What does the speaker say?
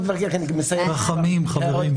חביב.